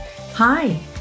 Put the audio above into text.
Hi